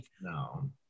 No